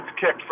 kicked